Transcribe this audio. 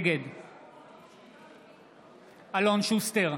נגד אלון שוסטר,